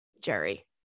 Jerry